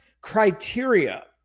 criteria